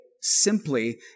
simply